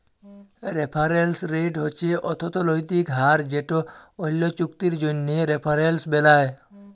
referrals rate হছে অথ্থলৈতিক হার যেট অল্য চুক্তির জ্যনহে রেফারেলস বেলায়